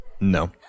No